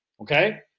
okay